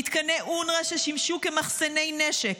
מתקני אונר"א ששימשו כמחסני נשק,